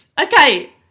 Okay